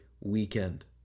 weekend